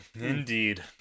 Indeed